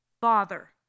father